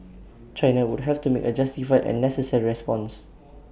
China would have to make A justified and necessary response